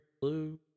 blue